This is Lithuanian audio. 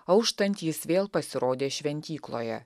auštant jis vėl pasirodė šventykloje